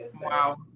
Wow